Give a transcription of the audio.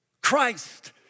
Christ